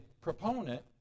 proponent